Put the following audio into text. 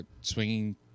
swinging